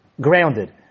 grounded